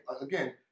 again